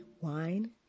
Wine